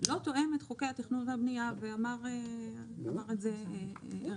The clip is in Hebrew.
לא תואם את חוקי התכנון והבנייה, ואמר את זה ערן.